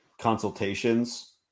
consultations